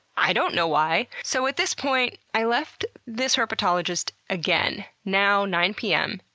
i don't know why. so, at this point, i left this herpetologist again, now nine pm,